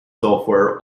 software